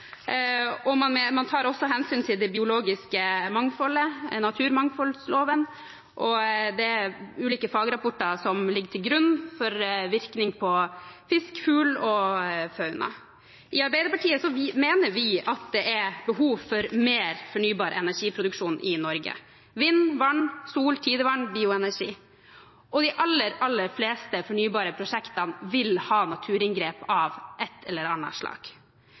Man tar også hensyn til det biologiske mangfoldet, naturmangfoldloven, og det er ulike fagrapporter som ligger til grunn for vurderingen av virkning på fisk, fugl og fauna. I Arbeiderpartiet mener vi at det er behov for mer fornybar energiproduksjon i Norge: vind, vann, sol, tidevann, bioenergi. De aller fleste fornybare prosjektene vil ha naturinngrep av et eller annet slag.